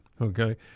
okay